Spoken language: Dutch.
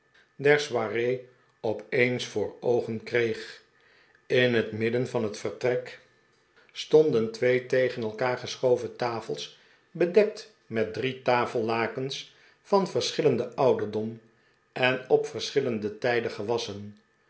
der soiree opeens voor oogen kreeg in het midden van het vertrek stonden sam weller op een avondpartij twee tegen elkaar geschoven tafels bedekt met drie tafellakens van verschillenden ouderdom en op verschillende tijden gewasschen